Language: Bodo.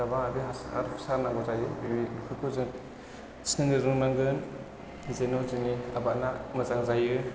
गोबां आरो हासार हुसार नांगौ जायो बेफोरखौ जों सिनायनो रोंनांगोन जेन' जोंनि आबादआ मोजां जायो